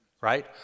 right